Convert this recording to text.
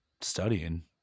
studying